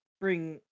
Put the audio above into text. bring